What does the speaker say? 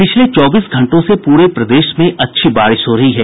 पिछले चौबीस घंटों से पूरे प्रदेश में अच्छी बारिश हो रही है